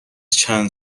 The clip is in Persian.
چند